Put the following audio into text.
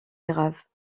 graves